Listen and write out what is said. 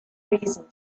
reason